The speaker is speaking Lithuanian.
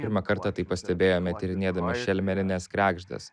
pirmą kartą tai pastebėjome tyrinėdami šelmenines kregždes